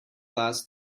glass